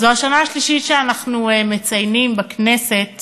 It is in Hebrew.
זאת השנה השלישית שאנחנו מציינים בכנסת